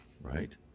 right